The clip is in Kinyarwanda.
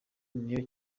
niyo